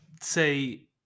say